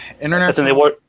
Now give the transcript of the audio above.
international